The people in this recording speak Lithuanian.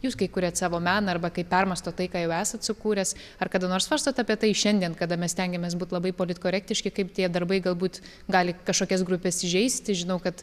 jūs kai kuriat savo meną arba kai permąstot tai ką jau esat sukūręs ar kada nors svarstot apie tai šiandien kada mes stengiamės būt labai politkorektiški kaip tie darbai galbūt gali kažkokias grupes įžeisti žinau kad